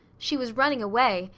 she was running away,